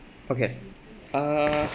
okay uh